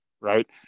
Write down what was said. right